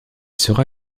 sera